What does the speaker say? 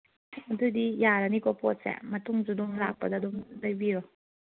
ꯑꯗꯨꯗꯤ ꯌꯥꯔꯅꯤꯀꯣ ꯄꯣꯠꯁꯦ ꯃꯇꯨꯡꯁꯨ ꯑꯗꯨꯝ ꯂꯥꯛꯄꯗ ꯑꯗꯨꯝ ꯂꯩꯕꯤꯌꯨ